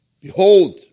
behold